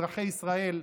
אזרחי ישראל,